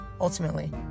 Ultimately